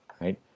right